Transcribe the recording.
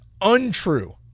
untrue